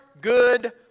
good